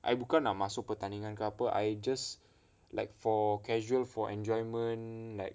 I bukan nak masuk pertandingan ke apa I just like for casual for enjoyment like